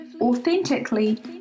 authentically